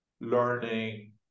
learning